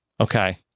Okay